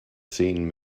seen